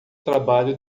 trabalho